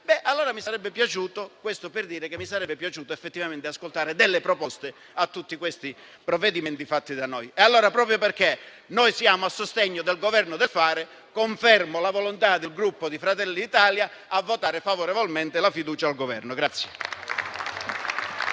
ed anche arrestate. Questo per dire che mi sarebbe piaciuto effettivamente ascoltare delle proposte su tutti questi provvedimenti fatti da noi. Proprio perché noi siamo a sostegno del Governo del fare, confermo la volontà del Gruppo Fratelli d'Italia a votare favorevolmente la fiducia al Governo.